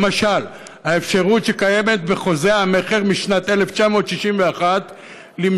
למשל האפשרות שקיימת בחוזה המכר משנת 1961 למשוך